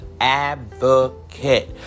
advocate